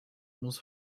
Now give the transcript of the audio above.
muss